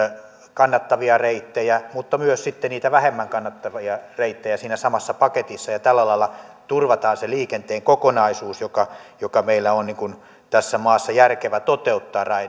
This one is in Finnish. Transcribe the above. kannattavia reittejä mutta myös sitten niitä vähemmän kannattavia reittejä siinä samassa paketissa tällä lailla turvataan se liikenteen kokonaisuus joka joka meillä on tässä maassa järkevä toteuttaa